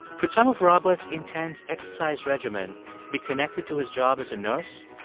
could some of robert's intense exercise regimen be connected to his job as a nurse?